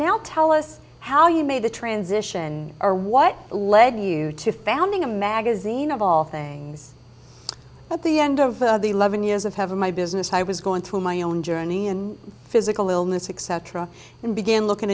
now tell us how you made the transition or what led you to founding a magazine of all things at the end of the eleven years of having my business i was going through my own journey and physical illness etc and began looking